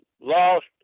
Lost